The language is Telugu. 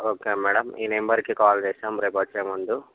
ఓకే మేడం ఈ నెంబర్కి కాల్ చేస్తాం రేపు వచ్చే ముందు